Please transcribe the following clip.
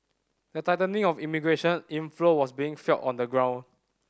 the tightening of immigration inflow was being felt on the ground